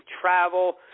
travel